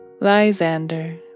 Lysander